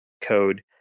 code